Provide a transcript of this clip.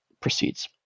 proceeds